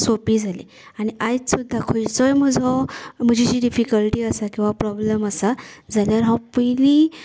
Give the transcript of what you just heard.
सोंपी जाली आनी आयज सुद्दां खंयचोय म्हजो म्हजी जी डिफीकल्टी आसा किंवां प्रॉब्लम आसा जाल्यार हांव पयलीं